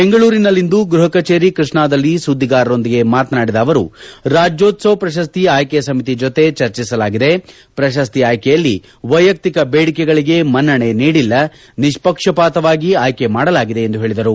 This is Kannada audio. ಬೆಂಗಳೂರಿನಲ್ಲಿಂದು ಗೃಪ ಕಚೇರಿ ಕೃಷ್ಣಾದಲ್ಲಿ ಸುದ್ದಿಗಾರರೊಂದಿಗೆ ಮಾತನಾಡಿದ ಅವರು ರಾಜ್ಯೋತ್ಸವ ಪ್ರಶಸ್ತಿ ಆಯ್ಕೆ ಸಮಿತಿ ಜೊತೆ ಚರ್ಚಿಸಲಾಗಿದೆ ಪ್ರಶಸ್ತಿ ಆಯ್ಕೆಯಲ್ಲಿ ವೈಯಕ್ತಿಕ ಬೇಡಿಕೆಗಳಿಗೆ ಮನ್ನಣೆ ನೀಡಿಲ್ಲ ನಿಷ್ಪಕ್ಷಪಾತವಾಗಿ ಆಯ್ಕೆ ಮಾಡಲಾಗಿದೆ ಎಂದು ಹೇಳಿದರು